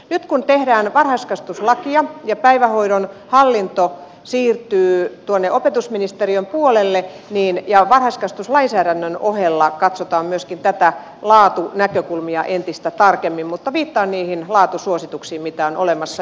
nyt kun tehdään varhaiskasvatuslakia ja päivähoidon hallinto siirtyy tuonne opetusministeriön puolelle niin varhaiskasvatuslainsäädännön ohella katsotaan myöskin laatunäkökulmia entistä tarkemmin mutta viittaan niihin laatusuosituksiin mitä on olemassa